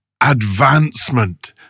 advancement